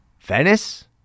Venice